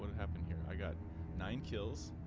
happen here i got nine kills